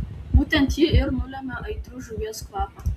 būtent ji ir nulemia aitrų žuvies kvapą